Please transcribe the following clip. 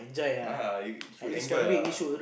ah you should enjoy ah